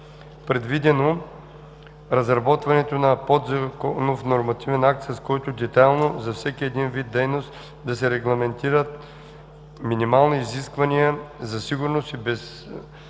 предвидено разработване на подзаконов нормативен акт, с който детайлно, за всеки един вид дейност, да се регламентират минимални изисквания за сигурност и